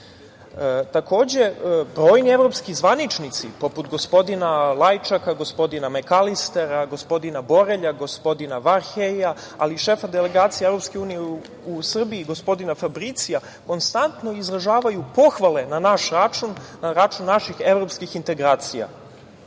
brojni evropski zvaničnici poput gospodina Lajčaka, gospodina Mekalistera, gospodina Borelja, gospodina Varhelja, ali i šefa delegacije Evropske unije u Srbiji, gospodina Fabricija, konstantno izražavaju pohvale na naš račun, na račun naših evropskih integracija. Nedavno